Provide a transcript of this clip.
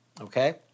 Okay